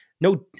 No